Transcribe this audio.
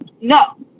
No